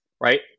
right